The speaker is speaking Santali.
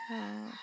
ᱦᱩ